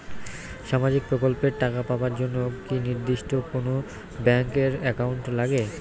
সামাজিক প্রকল্পের টাকা পাবার জন্যে কি নির্দিষ্ট কোনো ব্যাংক এর একাউন্ট লাগে?